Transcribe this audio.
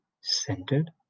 centered